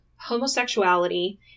homosexuality